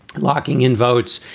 locking in votes,